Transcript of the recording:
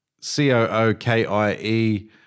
C-O-O-K-I-E